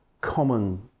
common